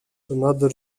another